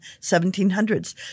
1700s